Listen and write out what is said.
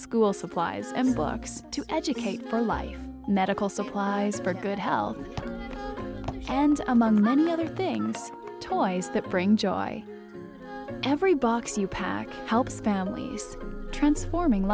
school supplies and books to educate for life medical supplies for good health and among many other things toys that bring joy every box you pack helps families transforming